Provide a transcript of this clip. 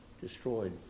destroyed